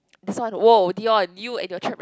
this one !wow! Dion you and your